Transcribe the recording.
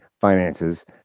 finances